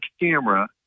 camera